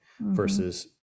versus